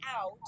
out